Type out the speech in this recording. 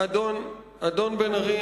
אדון בן-ארי,